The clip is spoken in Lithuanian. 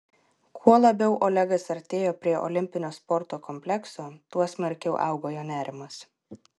kuo labiau olegas artėjo prie olimpinio sporto komplekso tuo smarkiau augo jo nerimas